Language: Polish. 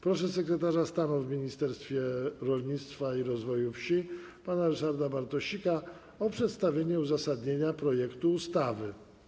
Proszę sekretarza stanu w Ministerstwie Rolnictwa i Rozwoju Wsi pana Ryszarda Bartosika o przedstawienie uzasadnienia projektu ustawy.